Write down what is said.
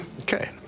Okay